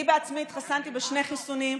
אני בעצמי התחסנתי בשני חיסונים,